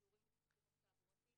שיעורים בחינוך תעבורתי.